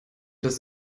das